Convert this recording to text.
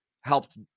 helped